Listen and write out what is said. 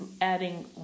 adding